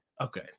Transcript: okay